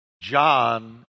John